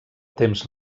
temps